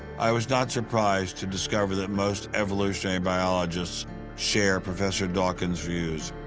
i was not surprised to discover that most evolutionary biologists share professor dawkins' views.